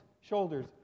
shoulders